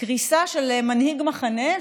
קריסה של מנהיג מחנה,